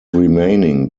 remaining